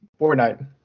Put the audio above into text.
Fortnite